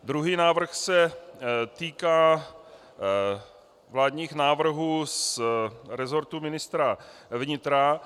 Druhý návrh se týká vládních návrhů z resortu ministra vnitra.